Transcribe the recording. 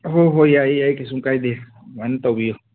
ꯍꯣꯏ ꯍꯣꯏ ꯌꯥꯏꯌꯦ ꯌꯥꯏꯌꯦ ꯀꯩꯁꯨꯝ ꯀꯥꯏꯗꯦ ꯑꯗꯨꯃꯥꯏꯅ ꯇꯧꯕꯤꯎ